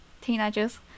teenagers